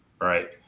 Right